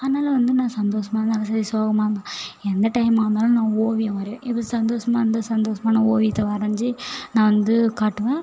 அதனால் வந்து நான் சந்தோஷமா இருந்தாலும் சரி சோகமாக இருந்தால் எந்த டைமாக இருந்தாலும் நான் ஓவியம் வரைவேன் இப்போ சந்தோஷமா இருந்தால் சந்தோஷமா நான் ஓவியத்தை வரைஞ்சு நான் வந்து காட்டுவேன்